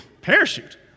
parachute